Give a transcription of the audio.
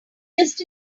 just